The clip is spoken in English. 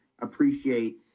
appreciate